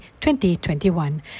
2021